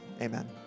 Amen